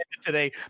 today